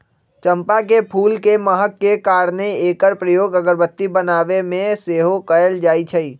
चंपा के फूल के महक के कारणे एकर प्रयोग अगरबत्ती बनाबे में सेहो कएल जाइ छइ